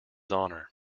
honour